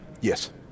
Yes